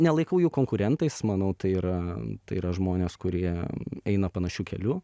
nelaikau jų konkurentais manau tai yra tai yra žmonės kurie eina panašiu keliu